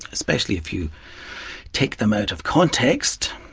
especially if you take them out of context,